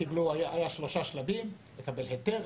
היו שלושה שלבים: לקבל היתר,